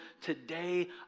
today